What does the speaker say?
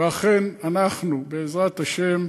לכן אנחנו, בעזרת השם,